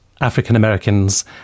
African-Americans